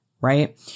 right